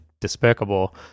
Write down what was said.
despicable